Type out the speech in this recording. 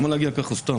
למה להגיע ככה סתם?